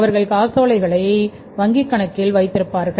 அவர்கள் காசோலைகளை அவர்கள் வங்கிக் கணக்கில் வைத்திருக்கிறார்கள்